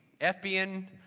FBN